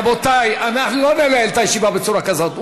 רבותי, אנחנו לא ננהל את הישיבה בצורה כזאת.